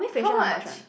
how much